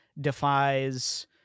defies